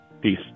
Peace